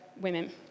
women